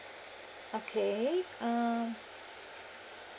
okay um